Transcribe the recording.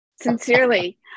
Sincerely